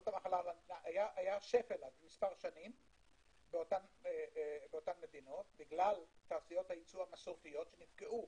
היה שפל מספר שנים באותן מדינות בגלל תעשיות הייצוא המסורתיות שנפגעו